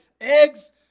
eggs